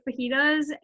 fajitas